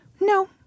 No